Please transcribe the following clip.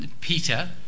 Peter